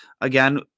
Again